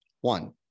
One